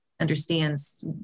understands